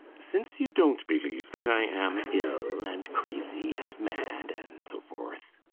since you don't believe that i am ill and crazy and mad, and so forth